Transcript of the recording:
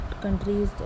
countries